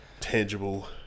tangible